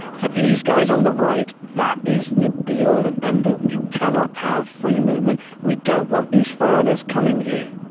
for these guys on the right, that is the be all and end all, you cannot have free movement. we don't want these foreigners coming here.